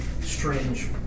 strange